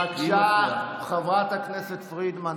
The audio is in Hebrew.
בבקשה, חברת הכנסת פרידמן.